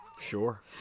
sure